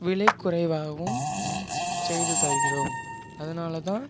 விலை குறைவாகவும் செய்து தருகிறோம் அதனால தான்